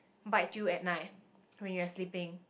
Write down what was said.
bite you at night when you are sleeping